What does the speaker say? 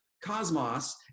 cosmos